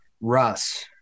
Russ